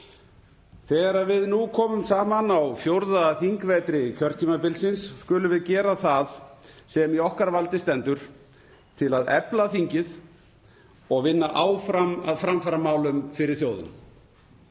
Þegar við komum nú saman á fjórða þingvetri kjörtímabilsins skulum við gera það sem í okkar valdi stendur til að efla þingið og vinna áfram að framfaramálum fyrir þjóðina.